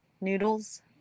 Noodles